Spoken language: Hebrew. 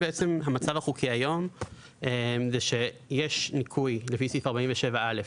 המצב החוקי היום הוא שיש ניכוי, לפי סעיף 47(א),